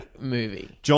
movie